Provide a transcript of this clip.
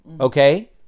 Okay